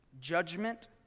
judgment